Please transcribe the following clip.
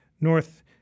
North